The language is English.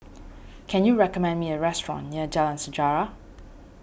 can you recommend me a restaurant near Jalan Sejarah